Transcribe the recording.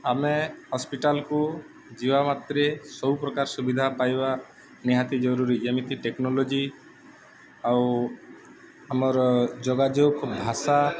ଆମେ ହସ୍ପିଟାଲକୁ ଯିବା ମାତ୍ରେ ସବୁପ୍ରକାର ସୁବିଧା ପାଇବା ନିହାତି ଜରୁରୀ ଯେମିତି ଟେକ୍ନୋଲୋଜି ଆଉ ଆମର ଯୋଗାଯୋଗ ଭାଷା